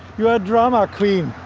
you are drama queen.